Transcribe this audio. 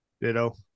Ditto